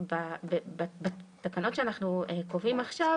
בתקנות שאנחנו קובעים עכשיו,